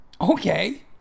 okay